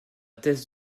thèse